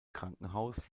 krankenhaus